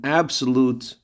absolute